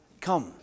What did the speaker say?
come